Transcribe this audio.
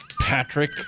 Patrick